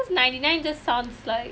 ninety nine just sounds like